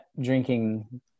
drinking